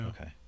Okay